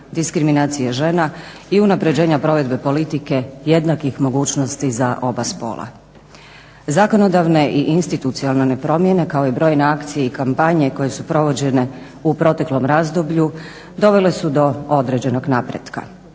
diskriminacije žena i unapređenja provedbe politike jednakih mogućnosti za oba spola. Zakonodavne i institucionalne promjene kao i brojne akcije i kampanje koje su provođene u proteklom razdoblju dovele su do određenog napretka